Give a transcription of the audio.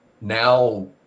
now